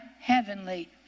heavenly